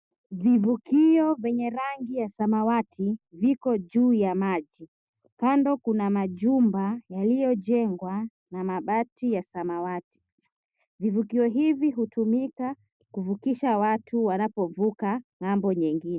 Vivukio vyenye rangi ya samawativiko juu ya maji kando kuna jumba lililo jengwa na mabati ya samawati. Vivukio hivi hutumiwa kuvukisha watu wanapo vuka kwenda ngambo nyingine.